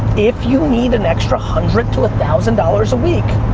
if you need an extra hundred to a thousand dollars a week.